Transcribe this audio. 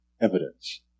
evidence